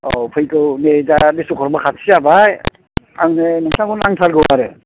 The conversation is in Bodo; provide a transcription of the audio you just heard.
औ फैगौ नै दा बिशकर्मा खाथि जाबाय आंनो नोंथांखौ नांथारगोै आरो